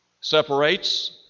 separates